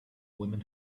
women